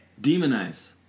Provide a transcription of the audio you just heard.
Demonize